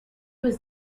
was